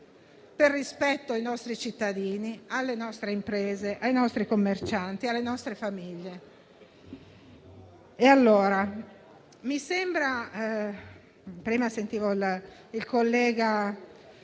per rispetto ai nostri cittadini, alle nostre imprese, ai nostri commercianti e alle nostre famiglie.